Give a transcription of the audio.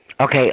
Okay